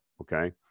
okay